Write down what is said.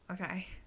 okay